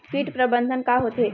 कीट प्रबंधन का होथे?